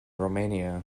romania